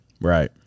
Right